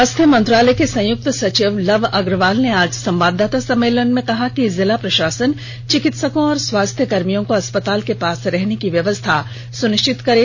स्वास्थ्य मंत्रालय के संयुक्त सचिव लव अग्रवाल ने आज संवाददाता सम्मेलन में कहा है कि जिला प्रषासन चिकित्सकों और स्वास्थ्यकर्मियों को अस्पताल के पास रहने की व्यवस्था सुनिष्चित करें